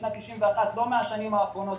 משנת 1991 ולא מהשנים האחרונות.